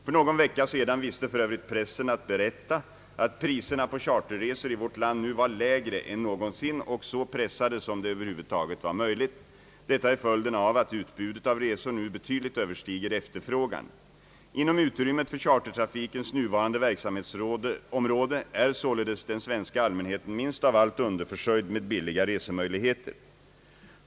För någon vecka sedan visste f. ö. pressen att berätta att priserna på charterresor i vårt land nu var lägre än någonsin och så pressade som det över huvud taget var möjligt. Detta är följden av att utbudet av resor nu betydligt överstiger efterfrågan. Inom utrymmet för chartertrafikens nuvarande verksamhetsområde är således den svenska allmänheten minst av allt underförsörjd med billiga resemöjligheter.